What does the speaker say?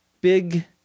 big